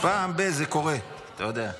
פעם ב- זה קורה, אתה יודע.